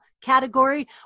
category